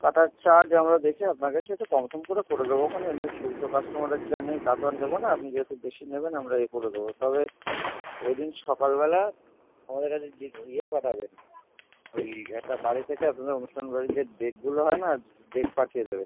কাটার charge আমরা দেখে আপনাকে সে একটু কমসম করে করে দেবোখন এমনি খুচরো কাস্টোমারের যা নেই তাতো আর নেবো না আপনি যেহেতু বেশি নেবেন আমরা এ করে দেবো তবে ওই দিন সকালবেলা আমাদের কাছে যে ইয়ে পাঠাবেন ওই একটা বাড়ি থেকে আপনাদের অনুষ্ঠান বাড়ির যে ডেকগুলো হয় না ডেক পাঠিয়ে দেবেন